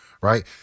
right